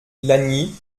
lagny